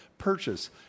purchase